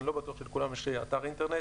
אני לא בטוח שלכולן יש אתר אינטרנט.